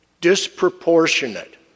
disproportionate